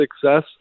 success